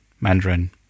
Mandarin